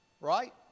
right